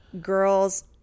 girls